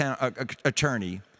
attorney